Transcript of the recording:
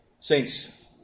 Saints